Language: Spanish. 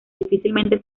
difícilmente